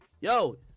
Yo